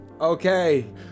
Okay